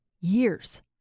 years